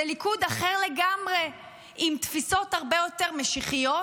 זה ליכוד אחר לגמרי עם תפיסות הרבה יותר משיחיות